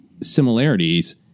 similarities